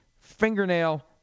fingernail